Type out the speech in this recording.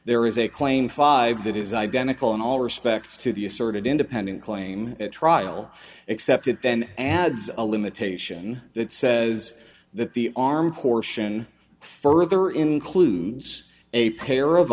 there is a claim five that is identical in all respects to the asserted independent claim trial except that then adds a limitation that says that the arm portion further includes a pair of